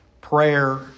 prayer